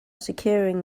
securing